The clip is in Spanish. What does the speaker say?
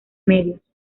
medios